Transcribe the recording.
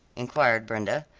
enquired brenda.